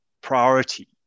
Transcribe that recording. priority